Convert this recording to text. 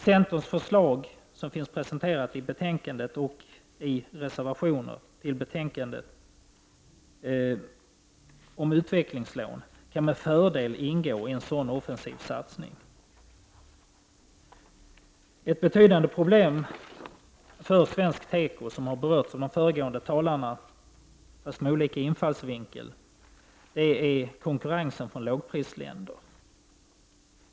Centerns förslag, som har presenterats i betänkandet och i reservationer till betänkandet, om utvecklingslån kan med fördel ingå i en sådan offensiv satsning. Ett betydande problem för svensk teko som har berörts av de föregående talarna, fast med olika infallsvinklar, är konkurrensen från lågprisländer.